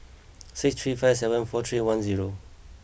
six three five seven four three one zero